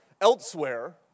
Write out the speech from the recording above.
elsewhere